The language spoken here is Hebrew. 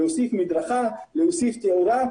להוסיף מדרכה, להוסיף תאורה,